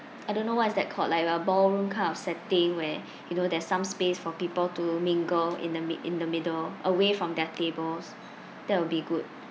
I don't know what is that called like a ballroom kind of setting where you know there's some space for people to mingle in the mi~ in the middle away from their tables that will be good